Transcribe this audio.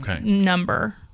number